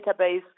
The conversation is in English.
database